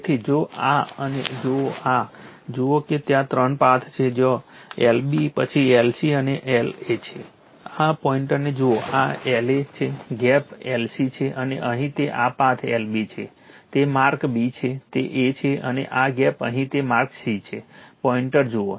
તેથી જો આ અને જુઓ આ જુઓ કે ત્યાં ત્રણ પાથ છે જ્યારે LB પછી LC અને આ LA છે આ પોઇન્ટરને જુઓ આ LA છે ગેપ LC છે અને અહીં તે આ પાથ LB છે તે માર્ક B છે તે A છે અને આ ગેપ અહીં તે માર્ક C છે પોઇન્ટર જુઓ